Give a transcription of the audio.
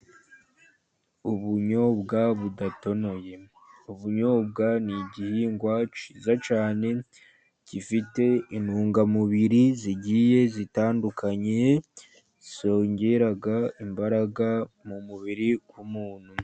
Ubunyobwa budatonoye. Ubunyobwa ni igihingwa cyiza cyane, gifite intungamubiri zigiye zitandukanye zongera imbaraga mu mubiri w'umuntu.